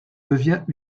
devient